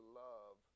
love